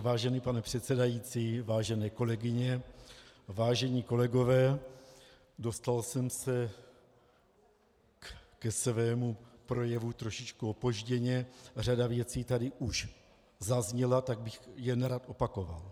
Vážený pane předsedající, vážené kolegyně, vážení kolegové, dostal jsem se ke svému projevu trošičku opožděně, řada věcí tady už zazněla, tak bych je nerad opakoval.